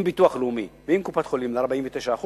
עם ביטוח לאומי ועם קופת-חולים, ל-49%,